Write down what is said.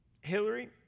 Hillary